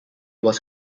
was